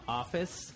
office